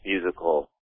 musical